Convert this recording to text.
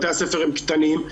בתי הספר הם קטנים,